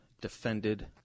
defended